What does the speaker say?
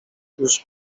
już